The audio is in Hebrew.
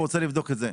הוא רוצה לבדוק את זה.